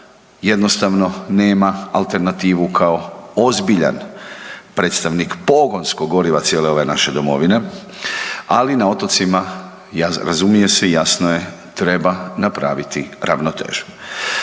jednostavno nema alternativu kao ozbiljan predstavnik pogonskog goriva cijele ove naše domovine, ali na otocima, ja, razumije se, jasno je, treba napraviti ravnotežu.